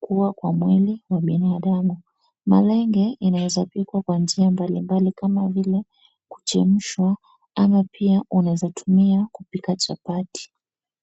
kuwa kwa mwili wa binadamu. Malenge inaweza pikwa kwa njia mbalimbali kama vile kuchemshwa ama pia unawezatumia kupikia chapati.